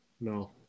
no